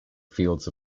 fields